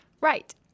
Right